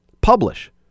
publish